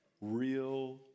real